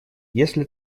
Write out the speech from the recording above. если